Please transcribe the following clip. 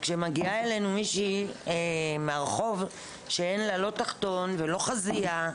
וכשמגיעה אלינו מישהו מהרחוב שאין לה לא תחתון ולא חזייה,